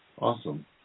Awesome